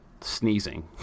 sneezing